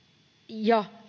ja